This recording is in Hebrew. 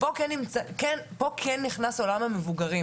לפה כן נכנס עולם המבוגרים.